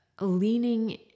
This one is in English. leaning